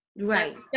right